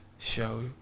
show